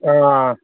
ꯑꯥ